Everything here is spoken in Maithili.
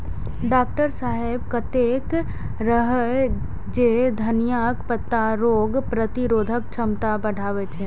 डॉक्टर साहेब कहैत रहै जे धनियाक पत्ता रोग प्रतिरोधक क्षमता बढ़बै छै